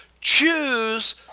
choose